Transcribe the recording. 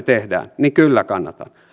tehdään niin kyllä kannatan